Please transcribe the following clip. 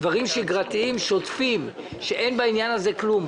אלה דברים שגרתיים שוטפים שאין בהם שום דבר מיוחד,